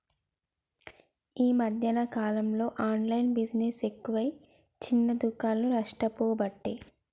ఈ మధ్యన కాలంలో ఆన్లైన్ బిజినెస్ ఎక్కువై చిన్న దుకాండ్లు నష్టపోబట్టే